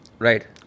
Right